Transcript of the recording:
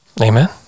Amen